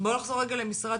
נחזור רגע למשרד